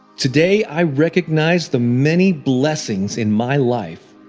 today, i recognize the many blessings in my life.